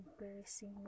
embarrassing